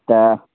तऽ